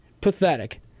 pathetic